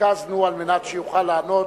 שריכזנו על מנת שיוכל לענות.